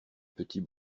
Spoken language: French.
petit